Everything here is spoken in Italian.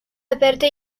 aperto